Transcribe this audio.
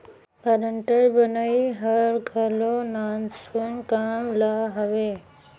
guarantor बनई हर घलो नानसुन काम ना हवे